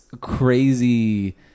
crazy